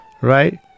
Right